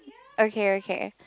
okay okay